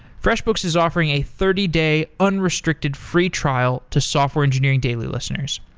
freshbooks is offering a thirty day unrestricted free trial to software engineering daily listeners.